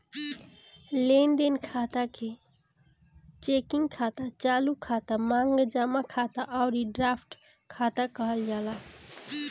लेनदेन खाता के चेकिंग खाता, चालू खाता, मांग जमा खाता अउरी ड्राफ्ट खाता कहल जाला